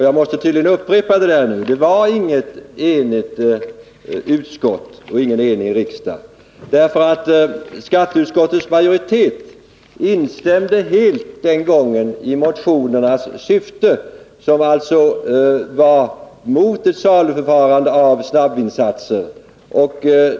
Jag måste tydligen upprepa att det inte var något enigt utskott och inte någon enig riksdag, för skatteutskottets majoritet instämde den gången helt i de väckta motionernas syfte, vilket alltså innebar att man var emot ett saluförande av snabbvinsatser.